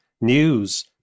news